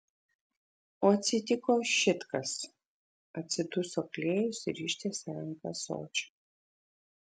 o atsitiko šit kas atsiduso klėjus ir ištiesė ranką ąsočio